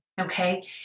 okay